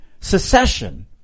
secession